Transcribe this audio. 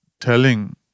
telling